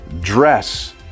dress